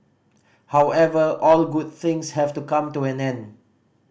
however all good things have to come to an end